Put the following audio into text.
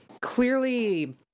clearly